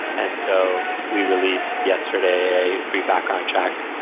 and so we released yesterday a free background check,